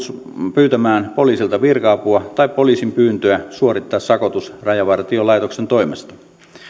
pyytämään poliisilta virka apua tai poliisin pyyntöä suorittaa sakotus rajavartiolaitoksen toimesta